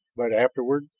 but afterward.